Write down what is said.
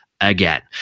again